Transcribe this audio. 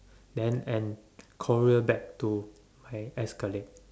then and courier back to my ex colleague